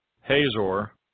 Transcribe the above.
Hazor